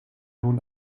nun